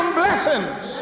blessings